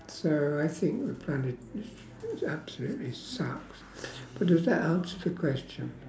so I think the planet absolutely sucks but does that answer the question